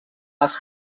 les